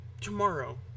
tomorrow